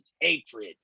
hatred